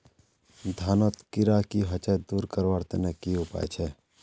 धानोत कीड़ा की होचे दूर करवार तने की उपाय छे?